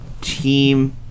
team